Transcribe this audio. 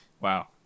Wow